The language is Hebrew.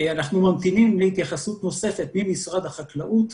אנחנו ממתינים להתייחסות נוספת ממשרד החקלאות,